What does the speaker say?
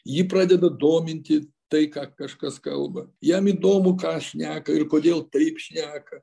jį pradeda dominti tai ką kažkas kalba jam įdomu ką šneka ir kodėl taip šneka